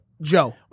Joe